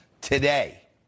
today